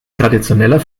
traditioneller